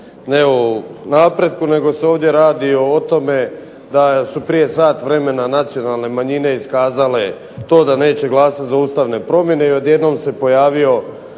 ne o napretku nego se ovdje radi o tome da su prije sat vremena nacionalne manjine iskazale to da neće glasovati za ustavne promjene i odjednom se pojavio